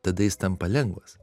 tada jis tampa lengvas